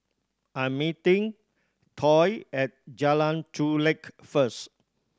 I'm meeting Toy at Jalan Chulek first